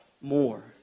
more